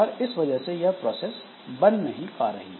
और इस वजह से यह प्रोसेस बन नहीं पा रही